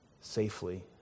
safely